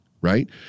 right